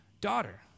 daughter